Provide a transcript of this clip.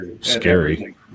Scary